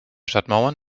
stadtmauern